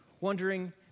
Wondering